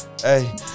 Hey